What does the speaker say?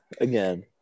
again